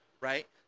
right